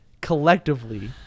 Collectively